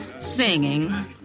singing